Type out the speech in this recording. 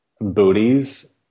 booties